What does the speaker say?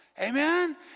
Amen